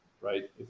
right